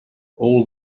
all